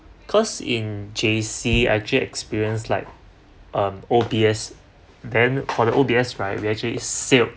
cause in J_C I actually experience like um O_B_S then for the O_B_S right we actually sailed